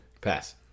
Pass